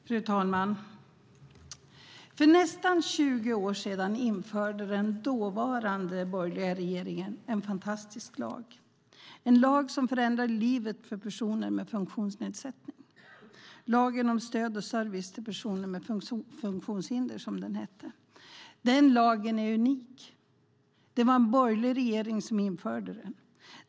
Fru talman! För nästan 20 år sedan införde den dåvarande borgerliga regeringen en fantastisk lag. Det var en lag som förändrade livet för personer med funktionsnedsättningar: lagen om stöd och service till personer med funktionshinder. Den lagen är unik, och det var en borgerlig regering som införde den.